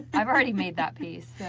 i've already made that piece.